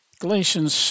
Galatians